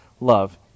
love